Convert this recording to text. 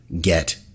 get